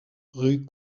rue